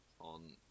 on